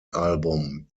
album